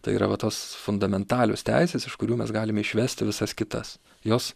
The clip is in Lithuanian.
tai yra va tos fundamentalios teisės iš kurių mes galime išvesti visas kitas jos